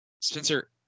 Spencer